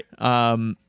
right